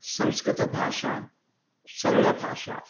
संस्कृतभाषा सरला भाषा